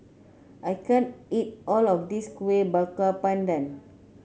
I can't eat all of this Kueh Bakar Pandan